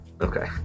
okay